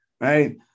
right